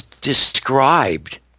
described